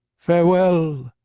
farewell!